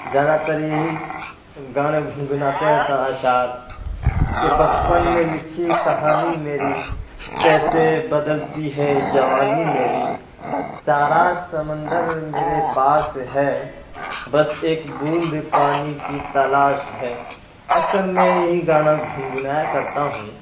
زیادہ تر یہی گانے گھنگھناتے رہتا اشعار کہ بچپن نے لکھی کہانی میری کیسے بدلتی ہے جوانی میری سارا سمندر میرے پاس ہے بس ایک بوند پانی کی تلاش ہے اکثر میں یہی گانا گنگنایا کرتا ہوں